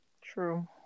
True